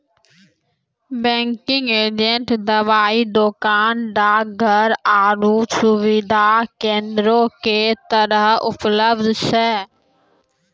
banking agent दबाइ दोकान, डाकघर आरु सुविधा केन्द्रो के तरह उपलब्ध छै